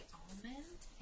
almond